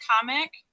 comic